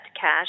cash